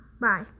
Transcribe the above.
bye